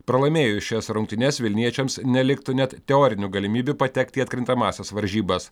pralaimėjus šias rungtynes vilniečiams neliktų net teorinių galimybių patekti į atkrintamąsias varžybas